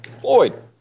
Floyd